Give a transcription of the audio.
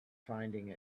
finding